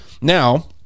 Now